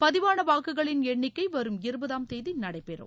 பதிவான வாக்குகளின் எண்ணிக்கை வரும் இருபதாம் தேதி நடைபெறும்